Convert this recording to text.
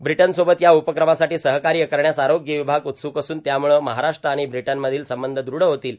ब्रिटनसोबत या उपक्रमासाठो सहकाय करण्यास आरोग्य ववभाग उत्सूक असून त्यामुळं महाराष्ट्र आर्मण ब्रिटन मधील संबंध दृढ होतील